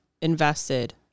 invested